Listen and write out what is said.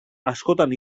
askotan